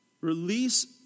Release